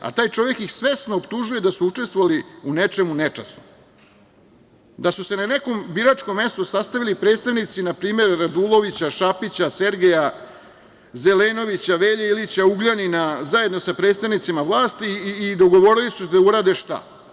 A, taj čovek ih svesno optužuje da su učestvovali u nečemu nečasnom, da su se na nekom biračkom mestu sastavili predstavnici, na primer Radulovića, Šapića, Sergeja, Zelenovića, Velje Ilića, Ugljanina, zajedno sa predstavnicima vlasti i dogovorili su se da urade šta?